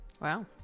Wow